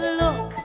look